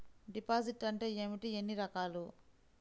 Deposit అంటే ఏమిటీ ఎన్ని రకాలు?